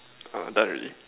orh done already